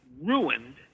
ruined